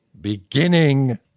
beginning